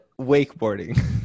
wakeboarding